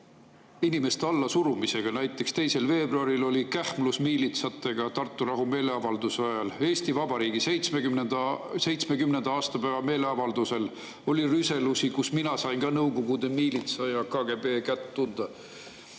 inimeste allasurumisega. Näiteks 2. veebruaril oli kähmlus miilitsatega Tartu rahu meeleavalduse ajal. Eesti Vabariigi 70. aastapäeva meeleavaldusel oli rüselusi, kus ka mina sain Nõukogude miilitsa ja KGB kätt tunda.